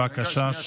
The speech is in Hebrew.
בבקשה.